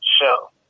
show